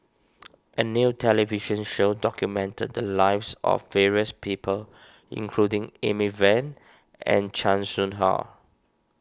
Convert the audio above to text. a new television show documented the lives of various people including Amy Van and Chan Soh Ha